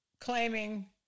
claiming